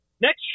Next